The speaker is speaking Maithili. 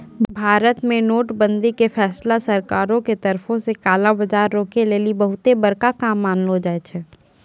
भारत मे नोट बंदी के फैसला सरकारो के तरफो से काला बजार रोकै लेली बहुते बड़का काम मानलो जाय छै